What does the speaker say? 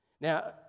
Now